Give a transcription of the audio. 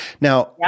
now